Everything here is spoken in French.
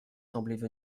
semblaient